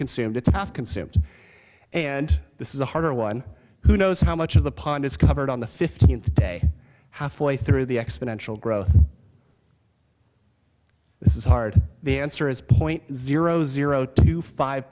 consumed it's consumed and this is a harder one who knows how much of the pond is covered on the fifteenth day half way through the exponential growth this is hard the answer is point zero zero two five